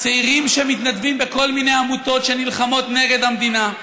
צעירים שמתנדבים בכל מיני עמותות שנלחמות נגד המדינה,